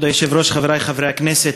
כבוד היושב-ראש, חברי חברי הכנסת,